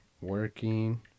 working